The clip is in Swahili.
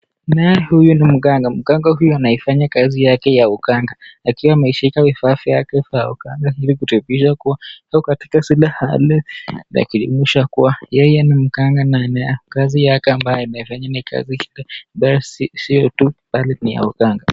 Naye huyu ni mganga, mganga huyu anaifanya kazi yake ya uganga, akiwa ameshika vifaa vyake vya uganga ili kudhibitisha kuwa ako katika zile hali yakuonyesha kuwa yeye ni mganga na anakazi yake ambaye anafanya kabisa sio tu bali ni ya uganga.